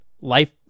Life